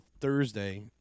Thursday